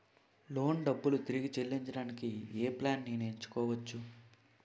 Loan డబ్బులు తిరిగి చెల్లించటానికి ఏ ప్లాన్ నేను ఎంచుకోవచ్చు?